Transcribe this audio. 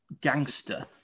gangster